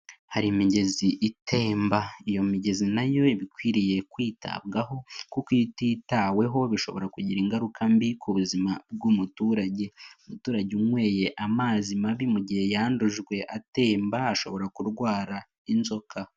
Hari imigezi itemba. Iyo migezi nayo ikwiriye kwitabwaho kuko ititaweho bishobora kugira ingaruka mbi ku buzima bw'umuturage. Umuturage unyweye amazi mabi mu gihe yandujwe atemba, ashobora kurwara inzoka.